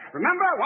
Remember